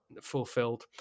fulfilled